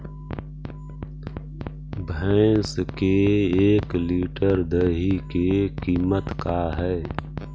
भैंस के एक लीटर दही के कीमत का है?